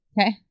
okay